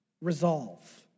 resolve